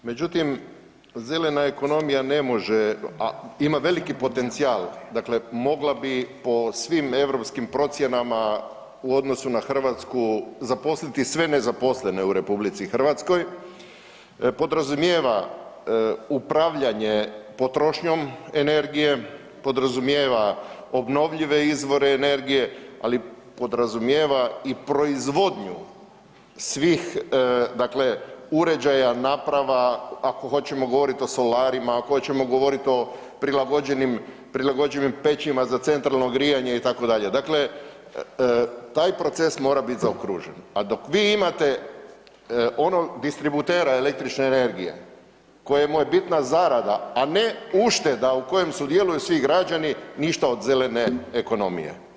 Međutim, zelena ekonomija ne može, a ima veliki potencijal, dakle mogla bi po svim europskim procjenama u odnosu na Hrvatsku zaposliti sve nezaposlene u RH, podrazumijeva upravljanje potrošnjom energije, podrazumijeva obnovljive izvore energije, ali podrazumijeva i proizvodnju svih, dakle uređaja, naprava, ako hoćemo govorit o solarima, ako hoćemo govorit o prilagođenim, prilagođenim pećima za centralno grijanje itd., dakle taj proces mora bit zaokružen, a dok vi imate onog distributera električne energije kojemu je bitna zarada, a ne ušteda u kojem sudjeluju svi građani ništa od zelene ekonomije.